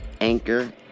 anchor